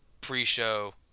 pre-show